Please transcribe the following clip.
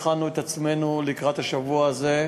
הכנו את עצמנו לקראת השבוע הזה,